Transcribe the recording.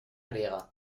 griega